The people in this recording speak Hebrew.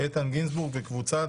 איתן גינזבורג וקבוצת